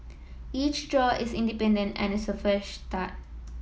each draw is independent and is a fresh start